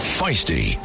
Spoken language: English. Feisty